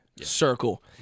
circle